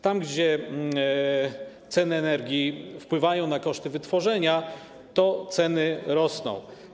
Tam gdzie ceny energii wpływają na koszty wytworzenia, to ceny rosną.